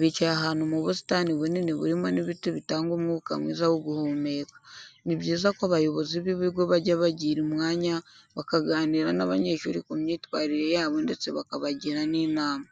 Bicaye ahantu mu busitani bunini burimo n'ibiti bitanga umwuka mwiza wo guhumeka. Ni byiza ko abayobozi b'ibigo bajya bagira umwanya bakaganira n'abanyeshuri ku myitwarire yabo ndetse bakabagira n'inama.